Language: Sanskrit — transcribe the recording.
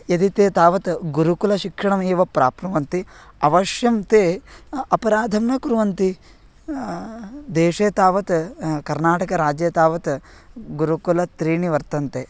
यदि ते तावत् गुरुकुलशिक्षणमेव प्राप्नुवन्ति अवश्यं ते अपराधं न कुर्वन्ति देशे तावत् कर्नाटकराज्ये तावत् गुरुकुलत्रीणि वर्तन्ते